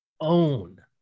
own